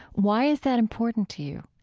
why is that important to you?